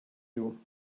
you